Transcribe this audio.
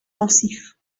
pensif